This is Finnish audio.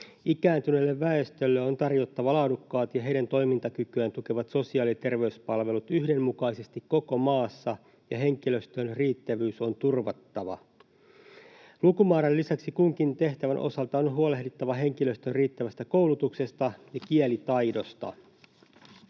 Ikääntyneelle väestölle on tarjottava laadukkaat ja heidän toimintakykyään tukevat sosiaali‑ ja terveyspalvelut yhdenmukaisesti koko maassa, ja henkilöstön riittävyys on turvattava. Lukumäärän lisäksi kunkin tehtävän osalta on huolehdittava henkilöstön riittävästä koulutuksesta ja kielitaidosta.